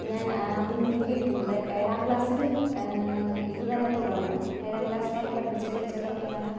ഞാൻ അഭിമുഖീകരിക്കുന്നത് ഏഴാം ക്ലാസ്സിലും ഇതുതന്നെ തുടർന്നു എഴാം ക്ലാസ്സില് എന്നെ പഠിപ്പിച്ച ടീച്ചറുടെ പേരാണ്